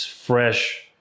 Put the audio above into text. fresh